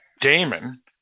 Damon